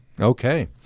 okay